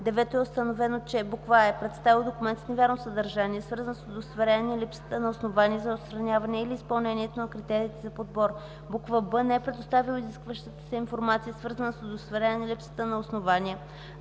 5; 9. е установено, че: а) е представил документ с невярно съдържание, свързан с удостоверяване липсата на основания за отстраняване или изпълнението на критериите за подбор; б) не е предоставил изискваща се информация, свързана с удостоверяване липсата на основания